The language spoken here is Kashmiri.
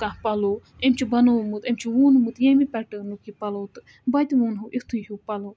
کانٛہہ پَلو أمۍ چھُ بَنوومُت أمۍ چھُ ووٗنمُت ییٚمہِ پیٚٹٲرنُک یہِ پَلو تہٕ بہٕ تہِ وونہو یِتھُے ہِیٛوٗ پَلو